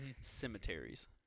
Cemeteries